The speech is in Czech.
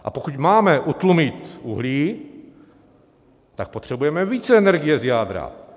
A pokud máme utlumit uhlí, tak potřebujeme více energie z jádra.